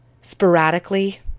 sporadically